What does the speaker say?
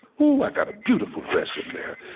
ooh, i've got a beautiful dress in there.